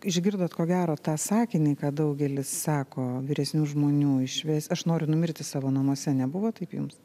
išgirdot ko gero tą sakinį kad daugelis sako vyresnių žmonių išvis aš noriu numirti savo namuose nebuvo taip jums